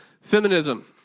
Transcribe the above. feminism